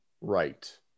right